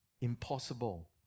impossible